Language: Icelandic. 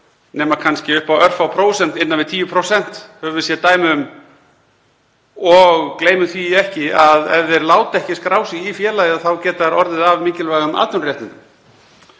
nema kannski upp á örfá prósent, innan við 10% höfum við séð dæmi um, og gleymum því ekki að ef þeir láta ekki skrá sig í félagið þá geta þeir orðið af mikilvægum atvinnuréttindum.